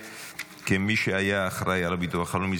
כמי שהיה אחראי לביטוח הלאומי,